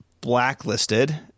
blacklisted